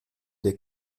der